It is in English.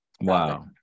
wow